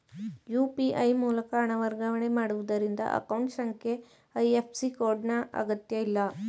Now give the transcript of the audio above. UPI ಮೂಲಕ ಹಣ ವರ್ಗಾವಣೆ ಮಾಡುವುದರಿಂದ ಅಕೌಂಟ್ ಸಂಖ್ಯೆ ಐ.ಎಫ್.ಸಿ ಕೋಡ್ ನ ಅಗತ್ಯಇಲ್ಲ